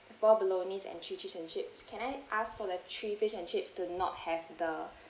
four bolognese and three fish and chips can I ask for the three fish and chips do not have the